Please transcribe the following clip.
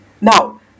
Now